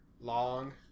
long